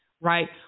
right